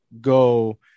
go